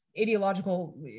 ideological